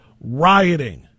rioting